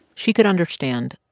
she could understand,